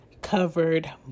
covered